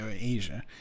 Asia